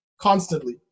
constantly